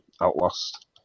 Outlast